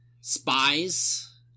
spies